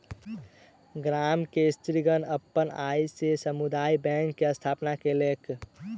गाम के स्त्रीगण अपन आय से समुदाय बैंक के स्थापना केलक